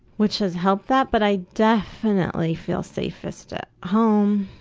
which has helped that but i definitely feel safest at home,